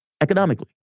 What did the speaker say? economically